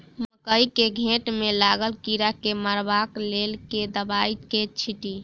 मकई केँ घेँट मे लागल कीड़ा केँ मारबाक लेल केँ दवाई केँ छीटि?